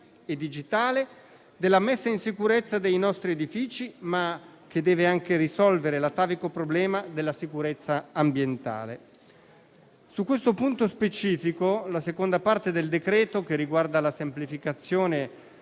e digitale e della messa in sicurezza dei nostri edifici, ma che deve anche risolvere l'atavico problema della sicurezza ambientale. Su questo punto specifico, la seconda parte del decreto, che riguarda le semplificazioni